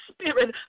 spirit